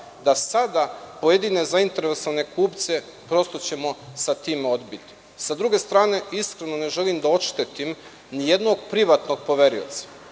da sada pojedine zainteresovane kupce, prosto ćemo sa tim odbiti. Sa druge strane, iskreno ne želim da oštetim ni jednog privatnog poverioca